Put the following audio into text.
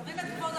חבר הכנסת